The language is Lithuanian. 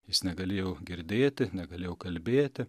jis negalėjau girdėti negalėjau kalbėti